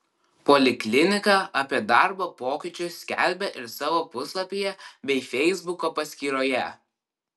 poliklinika apie darbo pokyčius skelbia ir savo puslapyje bei feisbuko paskyroje